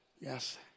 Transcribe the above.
Yes